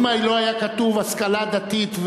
אם לא היה כתוב השכלה דתית,